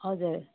हजुर